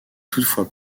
toutefois